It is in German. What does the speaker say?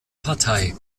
partei